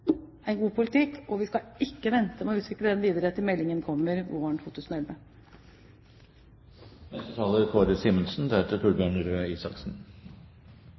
en god politikk, og vi skal ikke vente med å utvikle den videre til meldingen kommer våren